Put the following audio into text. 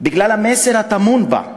בגלל המסר הטמון בה,